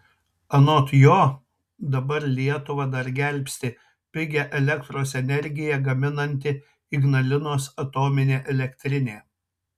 anot jo dabar lietuvą dar gelbsti pigią elektros energiją gaminanti ignalinos atominė elektrinė